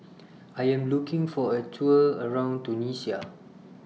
I Am looking For A Tour around Tunisia